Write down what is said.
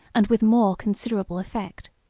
and with more considerable effect.